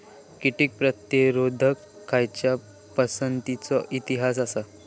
कीटक प्रतिरोधक खयच्या पसंतीचो इतिहास आसा?